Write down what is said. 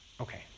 okay